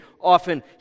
often